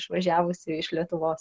išvažiavusių iš lietuvos